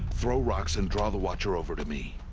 throw rocks and draw the watcher over to me.